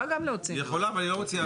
אבל,